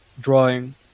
drawing